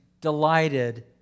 delighted